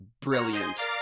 brilliant